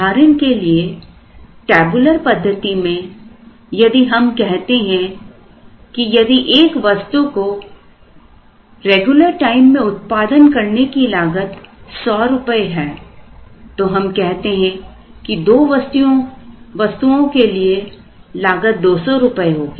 उदाहरण के लिए टेबुलर पद्धति में यदि हम कहते हैं कि यदि एक वस्तु को रेगुलर टाइम में उत्पादन करने की लागत ₹100 है तो हम कहते हैं कि 2 वस्तुओं के लिए लागत ₹200 होगी